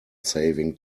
saving